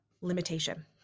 limitation